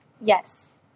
Yes